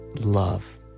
love